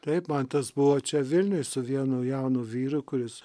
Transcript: taip man tas buvo čia vilniuj su vienu jaunu vyru kuris